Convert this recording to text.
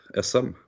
SM